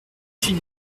huit